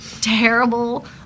terrible